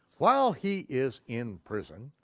while he is in prison,